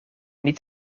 niet